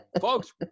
Folks